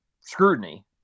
scrutiny